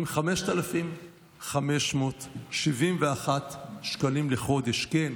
אם 5,571 שקלים לחודש, כן,